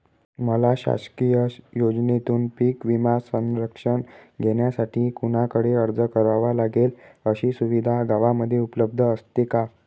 मला शासकीय योजनेतून पीक विमा संरक्षण घेण्यासाठी कुणाकडे अर्ज करावा लागेल? अशी सुविधा गावामध्ये उपलब्ध असते का?